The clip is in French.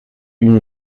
une